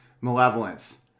malevolence